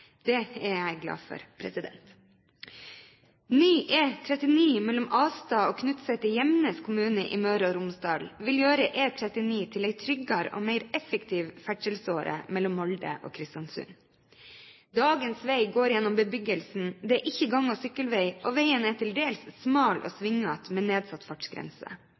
Det er jeg glad for. Ny E39 mellom Astad og Knutset i Gjemnes kommune i Møre og Romsdal vil gjøre E39 til en tryggere og mer effektiv ferdselsåre mellom Molde og Kristiansund. Dagens vei går gjennom bebyggelsen, det er ikke gang- og sykkelvei, og veien er til dels smal og svingete, med nedsatt fartsgrense.